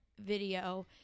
video